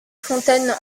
fontaine